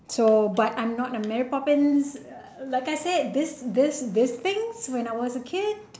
so but I'm not a mary poppins like I said this this this things when I was a kid